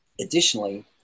Additionally